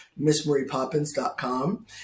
MissMariePoppins.com